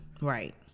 Right